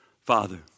Father